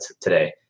today